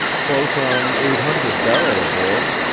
close on eight hundred barrel aboard.